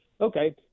Okay